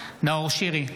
שירי,